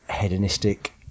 hedonistic